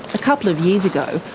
a couple of years ago,